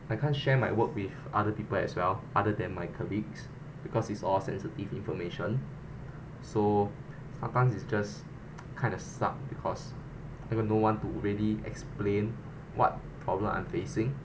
I can't share my work with other people as well other than my colleagues because it's all sensitive information so sometimes is just kind of suck because I got no one to really explain what problem I'm facing